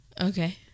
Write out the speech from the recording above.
Okay